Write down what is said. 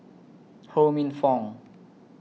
Ho Minfong